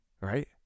Right